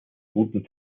guten